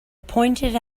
pointed